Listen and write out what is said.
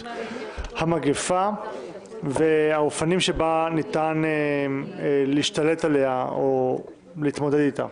המגפה והאופנים שבהם ניתן להשתלט עליה או להתמודד איתה.